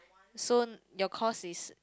soon your course is